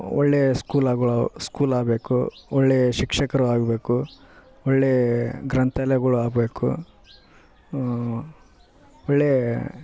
ಒಳ್ಳೆಯ ಸ್ಕೂಲಗಳು ಸ್ಕೂಲಾಗಬೇಕು ಒಳ್ಳೆಯ ಶಿಕ್ಷಕರು ಆಗಬೇಕು ಒಳ್ಳೇ ಗ್ರಂಥಾಲಯಗಳು ಆಗಬೇಕು ಒಳ್ಳೇ